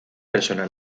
persona